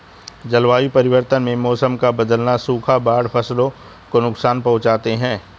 जलवायु परिवर्तन में मौसम का बदलना, सूखा और बाढ़ फसलों को नुकसान पहुँचाते है